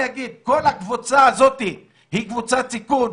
מכירים שהיה כיבוש של מדינת ישראל של השטחים ב-1967,